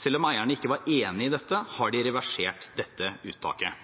Selv om ikke eierne var enige i dette, har de